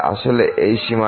আসলে এই সীমা নেই